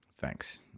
Thanks